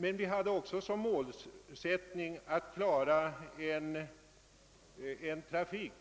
Men vi hade också som målsättning att åstadkomma en trafikpolitik